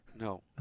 No